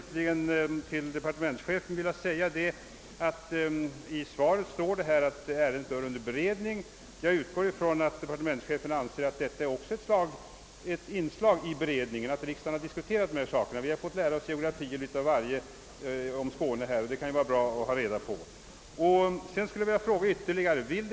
Till departementschefen vill jag säga att då det i svaret sägs att ärendet är under beredning, utgår jag från att departementschefen anser att också debatten här i riksdagen är ett inslag i denna beredning. Vi har fått lära oss en del om Skånes geografi och andra saker, som kan vara bra att känna till.